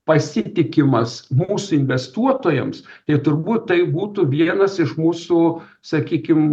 pasitikimas mūsų investuotojams ir turbūt tai būtų vienas iš mūsų sakykim